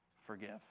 forgive